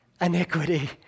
iniquity